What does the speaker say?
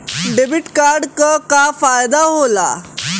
Debit card क का फायदा हो ला?